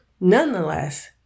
Nonetheless